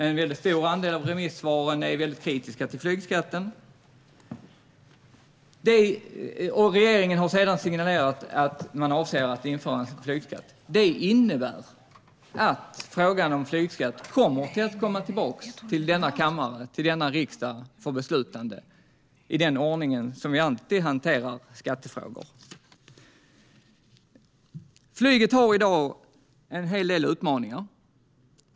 En väldigt stor andel av remissvaren är väldigt kritiska till denna flygskatt. Regeringen har sedan signalerat att man avser att införa en flygskatt. Detta innebär att frågan om flygskatt kommer att komma tillbaka till denna kammare, till denna riksdag, för beslut i den ordning som vi alltid hanterar skattefrågor. Flyget har i dag en hel del utmaningar.